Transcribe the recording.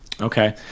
Okay